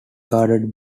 guarded